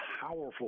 powerful